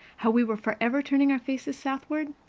how we were forever turning our faces southward?